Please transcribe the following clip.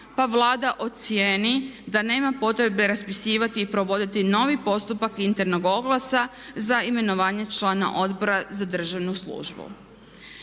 pa Vlada ocjeni da nema potrebe raspisivati i provoditi novi postupak internog oglasa za imenovanje člana Odbora za državnu službu.